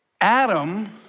Adam